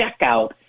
checkout